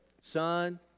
son